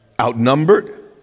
outnumbered